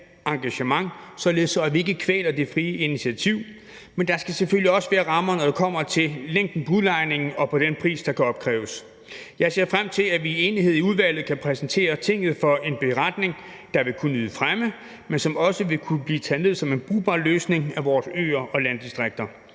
engagement, så vi ikke kvæler det frie initiativ. Men der skal selvfølgelig også være rammer, når det kommer til længden på udlejningen og den pris, der kan opkræves. Jeg ser frem til, at vi i enighed i udvalget kan præsentere Tinget for en beretning, der vil kunne nyde fremme, men som også vil kunne blive taget ned som en brugbar løsning for vores øer og landdistrikter.